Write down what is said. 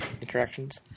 interactions